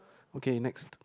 okay next